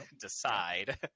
decide